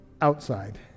outside